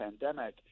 pandemic